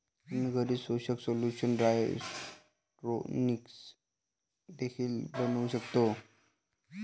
आम्ही घरी पोषक सोल्यूशन हायड्रोपोनिक्स देखील बनवू शकतो